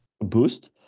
boost